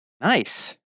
Nice